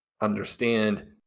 understand